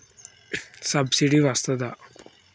Subsidy వస్తదా?